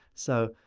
so,